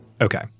Okay